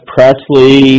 Presley